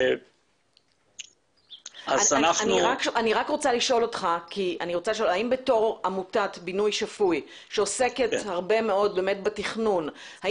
אני רוצה לשאול אותך האם כעמותת בינוי שפוי שעוסקת הרבה מאוד בתכנון,